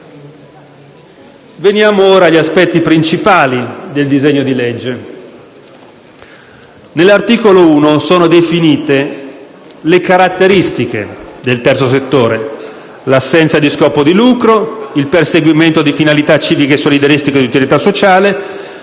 Veniamo ora agli aspetti principali del disegno di legge. Nell'articolo 1 sono definite le caratteristiche del terzo settore: l'assenza dello scopo di lucro, il perseguimento di finalità civiche e solidaristiche di utilità sociale,